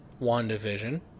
WandaVision